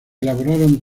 elaboraron